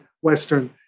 Western